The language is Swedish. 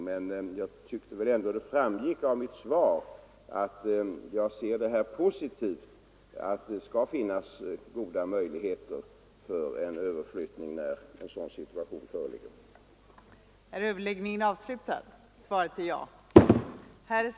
Men jag tycker ändå att det framgick av mitt svar att jag ser positivt på detta och att det skall finnas goda möjligheter för en överflyttning när en sådan situation som nu avses föreligger.